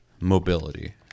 mobility